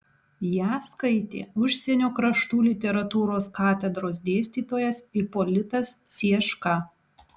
ją skaitė užsienio kraštų literatūros katedros dėstytojas ipolitas cieška